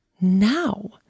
now